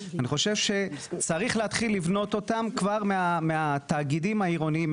אני חושב שצריך להתחיל לבנות אותם כבר מהתאגידים העירוניים,